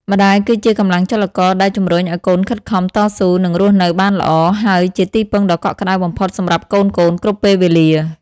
ម្ដាយ គឺជាកម្លាំងចលករដែលជំរុញកូនឲ្យខិតខំ តស៊ូ និងរស់នៅបានល្អ ហើយជាទីពឹងដ៏កក់ក្តៅបំផុតសម្រាប់កូនៗគ្រប់ពេលវេលា។